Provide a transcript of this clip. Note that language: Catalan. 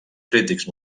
crítics